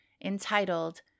entitled